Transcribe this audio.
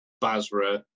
basra